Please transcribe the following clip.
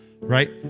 right